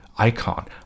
icon